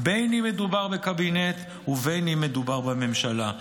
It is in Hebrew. בין שמדובר בקבינט ובין שמדובר בממשלה,